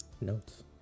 Notes